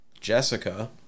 Jessica